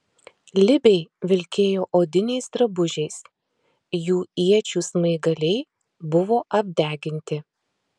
libiai vilkėjo odiniais drabužiais jų iečių smaigaliai buvo apdeginti